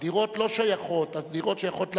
הדירות שייכות למדינה.